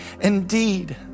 indeed